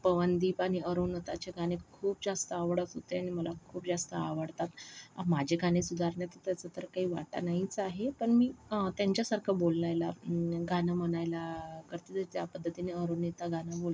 पवनदीप आणि अरुमिताचे गाणे खूप जास्त आवडत होते आणि मला खूप जास्त आवडतात माझे गाणे सुधारण्याचा त्याचा तर काही वाटा नाहीच आहे पण मी त्यांच्यासारखं बोलायला गाणं म्हणायला करते ज्या पद्धतीने अरुमिता गाणं बोलते